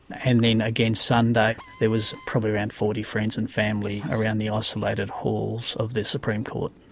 and then again sunday there was probably around forty friends and family around the isolated halls of the supreme court.